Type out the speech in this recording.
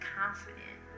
confident